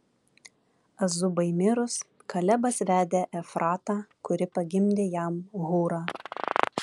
azubai mirus kalebas vedė efratą kuri pagimdė jam hūrą